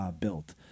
built